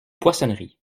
poissonnerie